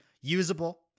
usable